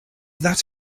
that